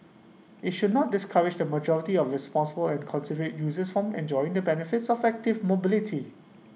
IT should not discourage the majority of responsible and considerate users from enjoying the benefits of active mobility